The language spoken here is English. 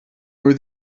were